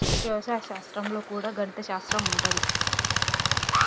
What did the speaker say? వ్యవసాయ శాస్త్రం లో కూడా గణిత శాస్త్రం ఉంటది